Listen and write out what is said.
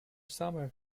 summer